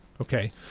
Okay